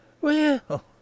Well